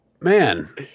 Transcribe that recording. Man